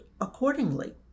accordingly